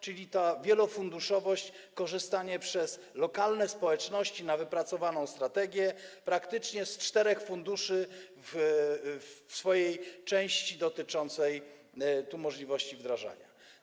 Czyli jest ta wielofunduszowość, korzystanie przez lokalne społeczności z wypracowanej strategii, z praktycznie czterech funduszy, w części dotyczącej możliwości wdrażania.